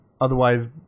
otherwise